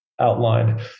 outlined